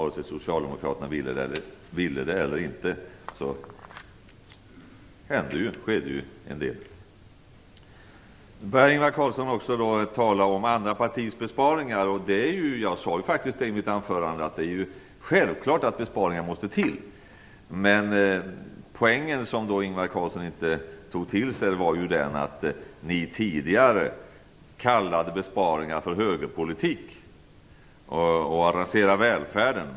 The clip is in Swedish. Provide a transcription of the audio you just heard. Vare sig socialdemokraterna ville det eller inte så var det ju en del som hände. Ingvar Carlsson talade om andra partiers förslag till besparingar. Jag sade faktiskt i mitt anförande att det är självklart att besparingar måste till. Poängen, som Ingvar Carlsson inte ville ta till sig, var ju den att ni tidigare kallade besparingar för högerpolitik och för rasering av välfärden.